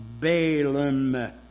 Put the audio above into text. Balaam